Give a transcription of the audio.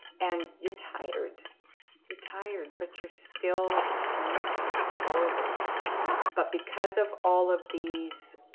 and you're tired you're tired, but you're still moving forward but because of all of these